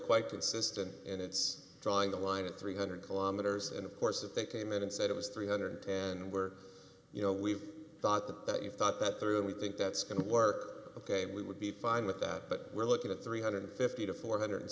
quite consistent and it's drawing the line at three hundred kilometers and of course if they came in and said it was three hundred and we're you know we've thought that you've thought that through and we think that's going to work ok we would be fine with that but we're looking at three hundred and fifty to four hundred and